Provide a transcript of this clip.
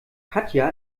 katja